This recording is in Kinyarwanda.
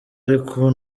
ariko